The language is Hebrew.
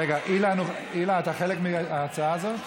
אילן, אתה חלק מההצעה הזאת?